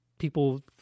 people